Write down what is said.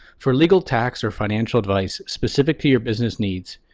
for legal, tax, or financial advice specific to your business needs,